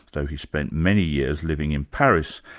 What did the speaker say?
though he spent many years living in paris,